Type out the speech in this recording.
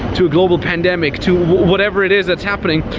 to a global pandemic, to whatever it is that's happening,